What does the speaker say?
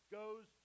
goes